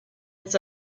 its